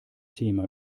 thema